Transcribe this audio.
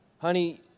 Honey